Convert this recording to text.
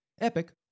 Epic